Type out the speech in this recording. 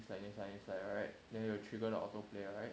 next slide next slide next slide right the it will trigger the auto play right